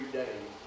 days